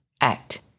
Act